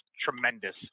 tremendous